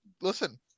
listen